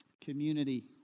community